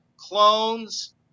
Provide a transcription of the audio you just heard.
clones